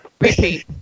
repeat